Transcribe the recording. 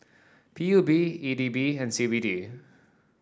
P U B E D B and C B D